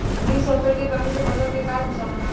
Zinc sulphate के कमी से फसल के का नुकसान होला?